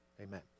amen